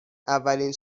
اولین